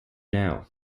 now